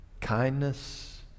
kindness